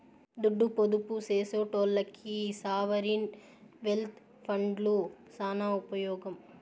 దుడ్డు పొదుపు సేసెటోల్లకి ఈ సావరీన్ వెల్త్ ఫండ్లు సాన ఉపమోగం